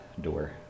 door